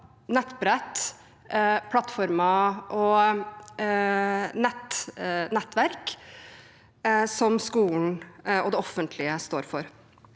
nettbrett, plattformer og nettverk som skolen og det offentlige står for.